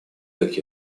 как